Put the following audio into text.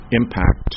impact